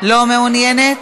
לא מעוניינת?